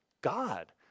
God